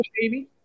baby